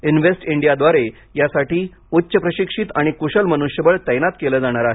invest इंडियाद्वारे यासाठी उच्च प्रशिक्षित आणि कुशल मनुष्यबळ तैनात केले जाणार आहे